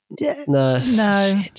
No